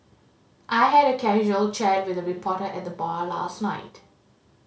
I had a casual chat with a reporter at the bar last night